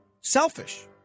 selfish